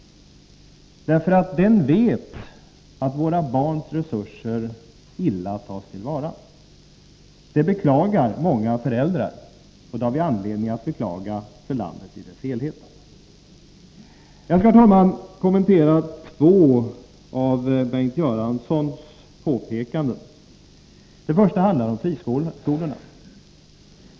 Man vet nämligen att våra barns resurser illa tas till vara. Många föräldrar beklagar det, och vi har anledning att beklaga det för landet i dess helhet. Jag skall, herr talman, kommentera två av Bengt Göranssons påpekanden. Det första handlar om friskolorna.